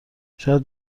شاید